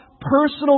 personal